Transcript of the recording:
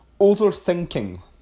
overthinking